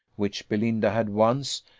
which belinda had once,